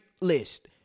list